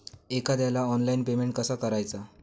एखाद्याला online payment कसा करायचा?